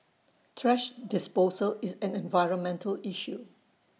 thrash disposal is an environmental issue